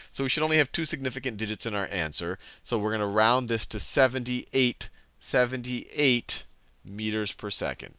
so we should only have two significant digits in our answer. so we're going to round this to seventy eight seventy eight meters per second.